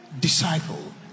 disciple